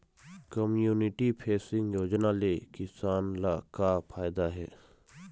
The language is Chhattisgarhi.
कम्यूनिटी फेसिंग योजना ले किसान ल का फायदा हे?